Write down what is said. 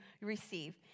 receive